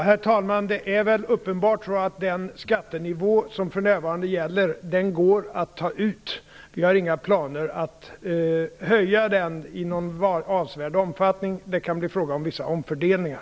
Herr talman! Det är väl uppenbart så att det går att ta ut skatt på den nivå som för närvarande gäller. Vi har inga planer på att höja den i någon avsevärd omfattning. Det kan bli fråga om vissa omfördelningar.